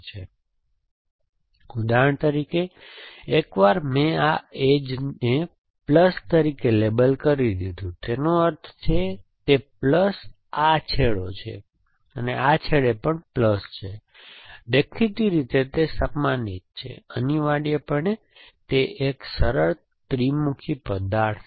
તેથી ઉદાહરણ તરીકે એકવાર મેં આ એજને પ્લસ તરીકે લેબલ કરી દીધું તેનો અર્થ છે તે પ્લસ આ છેડે છે અને આ છેડે પણ પ્લસ છે દેખીતી રીતે તે સમાન એજ છે અનિવાર્યપણે તે એક સરળ ત્રિમુખી પદાર્થ છે